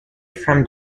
from